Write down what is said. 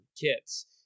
kits